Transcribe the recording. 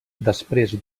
després